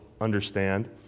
understand